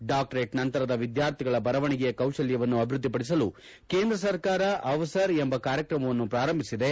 doctorate ನಂತರದ ವಿದ್ಯಾರ್ಥಿಗಳ ಬರವಣಿಗೆಯ ಕೌಶಲ್ಯವನ್ನು ಅಭಿವೃದ್ಧಿಪಡಿಸಲು ಕೇಂದ್ರ ಸರ್ಕಾರ ಅವಸರ್ ಎಂಬ ಕಾರ್ಯಕ್ರಮವನ್ನು ಪ್ರಾರಂಭಿಸಿದೆ